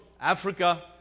Africa